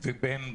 ההלוואה.